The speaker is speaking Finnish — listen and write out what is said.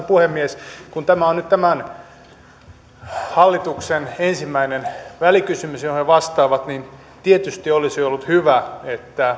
puhemies kun tämä on nyt tämän hallituksen ensimmäinen välikysymys johon se vastaa niin tietysti olisi ollut hyvä että